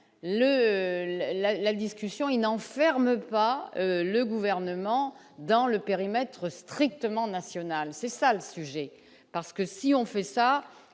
la discussion il n'enferme pas le gouvernement dans le périmètre strictement national, c'est ça le sujet, parce que si on fait ça,